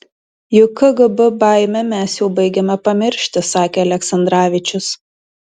juk kgb baimę mes jau baigiame pamiršti sakė aleksandravičius